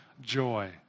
joy